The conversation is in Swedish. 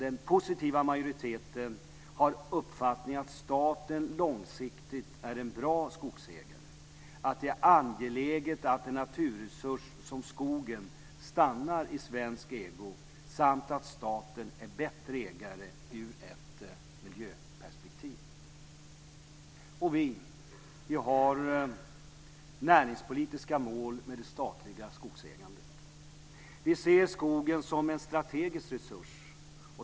Den positiva majoriteten har uppfattningen att staten långsiktigt är en bra skogsägare, att det är angeläget att en naturresurs som skogen stannar i svensk ägo samt att staten är en bättre ägare ur ett miljöperspektiv. Vi har näringspolitiska mål med det statliga skogsägandet. Vi ser skogen som en strategisk resurs.